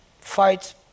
fight